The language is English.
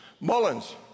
Mullins